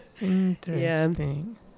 Interesting